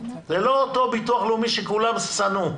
זה לא אותו ביטוח לאומי שכולם שנאו,